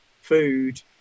food